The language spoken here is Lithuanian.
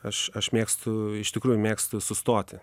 aš aš mėgstu iš tikrųjų mėgstu sustoti